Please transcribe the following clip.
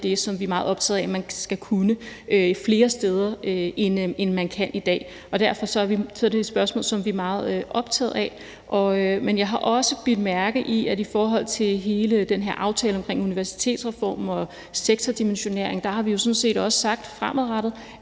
det, som vi er meget optaget af, at man skal kunne flere steder, end man kan i dag. Derfor er det et spørgsmål, som vi meget optaget af. Jeg har også bidt mærke i, at i forhold til hele den her aftale omkring universitetsreformen og sektordimensioneringen har vi sådan set sagt, at fremadrettet